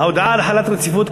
ההודעה על החלת רציפות,